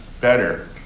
better